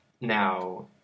Now